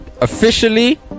officially